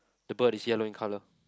the bird is yellow in colour